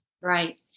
Right